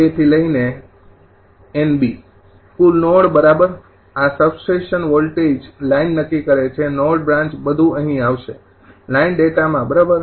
NB કુલ node બરાબર આ સબસ્ટેશન વોલ્ટેજ લાઇન નક્કી કરે છે નોડ બ્રાન્ચ બધું અહીં આવશે લાઇન ડેટામાં બરાબર